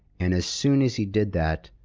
and as soon as you did that,